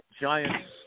Giants